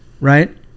Right